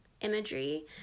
imagery